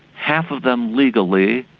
half of them legally,